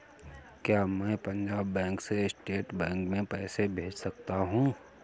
क्या मैं पंजाब बैंक से स्टेट बैंक में पैसे भेज सकता हूँ?